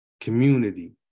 community